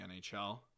NHL